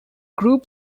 group